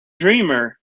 dreamer